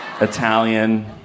Italian